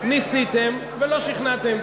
ניסיתם, ולא שכנעתם.